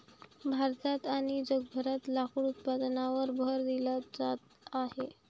भारतात आणि जगभरात लाकूड उत्पादनावर भर दिला जात आहे